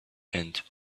and